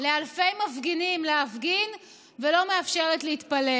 לאלפי מפגינים להפגין ולא מאפשרת להתפלל.